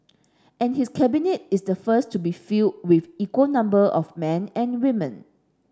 and his Cabinet is the first to be filled with equal number of men and women